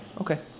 Okay